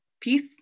Peace